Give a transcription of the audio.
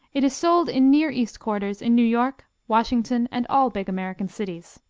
it is sold in near east quarters in new york, washington and all big american cities.